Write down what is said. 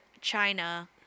China